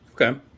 Okay